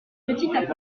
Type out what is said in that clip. petit